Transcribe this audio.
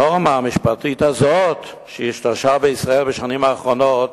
הנורמה המשפטית הזאת שהשתרשה בישראל בשנים האחרונות